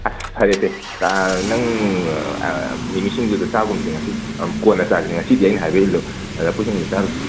ꯐꯔꯦꯁꯦ ꯅꯪ ꯃꯤꯃꯤ ꯁꯤꯡꯖꯨꯗꯣ ꯆꯥꯒꯨꯝꯁꯤ ꯉꯁꯤ ꯀꯣꯟꯅ ꯆꯥꯖꯦꯗꯤ ꯉꯁꯤꯗꯤ ꯑꯩꯅ ꯍꯥꯏꯕ ꯏꯜꯂꯨ ꯂꯐꯨ ꯁꯤꯡꯖꯨ ꯆꯥꯔꯨꯁꯤ